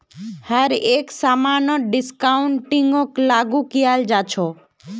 हर एक समानत डिस्काउंटिंगक लागू कियाल जा छ